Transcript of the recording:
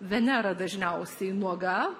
venera dažniausiai nuoga